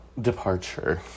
departure